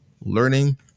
learning